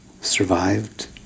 survived